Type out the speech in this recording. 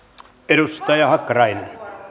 edustaja hakkarainen